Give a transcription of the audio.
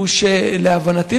להבנתי,